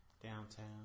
Downtown